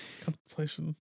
Contemplation